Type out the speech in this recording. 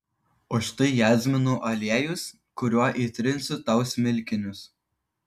o štai jazminų aliejus kuriuo įtrinsiu tau smilkinius